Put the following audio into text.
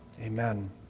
amen